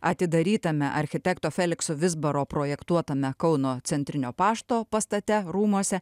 atidarytame architekto felikso vizbaro projektuotame kauno centrinio pašto pastate rūmuose